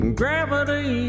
gravity